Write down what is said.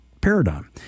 paradigm